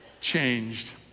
changed